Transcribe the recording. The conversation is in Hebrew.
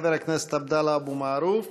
חבר הכנסת עבדאללה אבו מערוף,